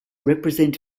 represent